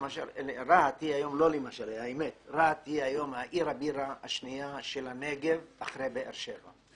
רהט היא היום עיר הבירה השנייה של הנגב אחרי באר שבע.